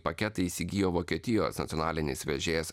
paketą įsigijo vokietijos nacionalinis vežėjas